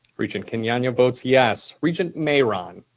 regent kenyanya votes yes. regent mayeron?